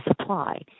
supply